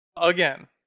again